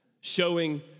showing